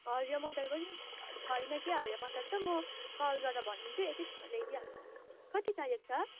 हरियो मटर पनि छैन कि हरियो मटर त म कल गरेर भनिदिन्छु एकैछिनमा ल्याइदिइहाल्छ कति चाहिएको छ